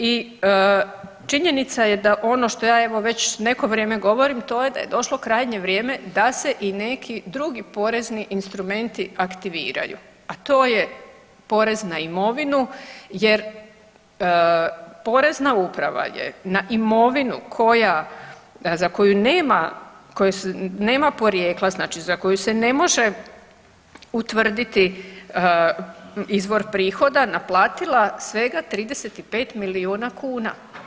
I činjenica je da ono što ja evo već neko vrijeme govorim to je da je došlo krajnje vrijeme da se i neki drugi porezni instrumenti aktiviraju, a to je porez na imovinu jer Porezna uprava je na imovinu koja nema porijekla znači za koju se ne može utvrditi izvor prihoda naplatila svega 35 milijuna kuna.